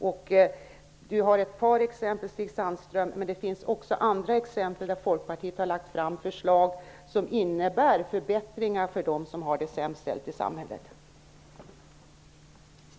Stig Sandström ger ett par exempel, men det finns också förslag från Folkpartiet som innebär förbättringar för dem som har det sämst ställt i samhället.